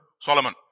Solomon